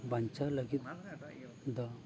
ᱵᱟᱧᱪᱟᱣ ᱞᱟᱹᱜᱤᱫ ᱫᱚ